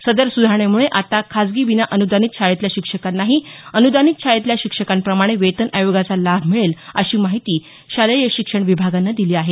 सदर सुधारणेमुळे आता खाजगी विनाअनुदानित शाळेतल्या शिक्षकांनाही अनुदानित शाळेतल्या शिक्षकांप्रमाणे वेतन आयोगाचा लाभ मिळेल अशी माहिती शालेय शिक्षण विभागाने दिली आहे